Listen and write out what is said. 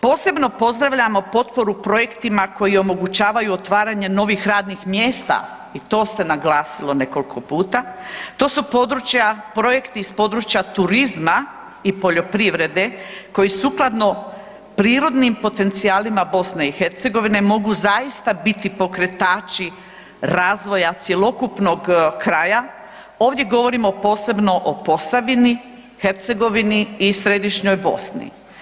Posebno pozdravljamo potporu projektima koji omogućavaju otvaranje novih radnih mjesta i to se naglasilo nekoliko puta, to su područja, projekti iz područja turizma i poljoprivrede koji sukladno prirodnim potencijalima BiH-a mogu zaista biti pokretači razvoja cjelokupnog kraja, ovdje govorim posebno o Posavini, Hercegovini i središnjoj Bosni.